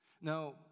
Now